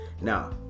Now